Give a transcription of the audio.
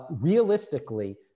realistically